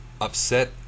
upset